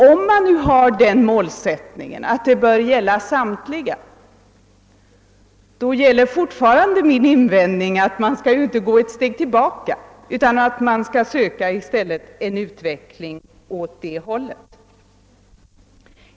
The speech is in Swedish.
Om man nu har den målsättningen att demokratin bör avse samtliga kategorier gäller fortfarande min invändning att man inte bör gå ett steg tillbaka utan i stället söka en utveckling åt motsatt håll.